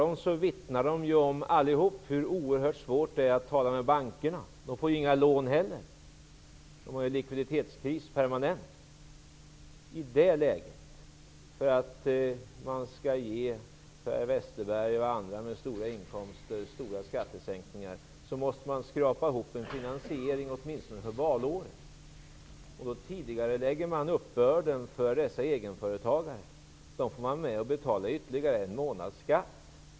De vittnar alla om hur oerhört svårt det är att tala med bankerna. De får inga lån. De befinner sig permanent i likviditetskris. För att man i det här läget skall kunna ge Per Westerberg och andra med stora inkomster stora skattesänkningar måste man skrapa ihop en finansiering åtminstone för valåret. Då tidigarelägger man uppbörden för egenföretagarna. De få vara med och betala ytterligare en månads skatt.